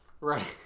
Right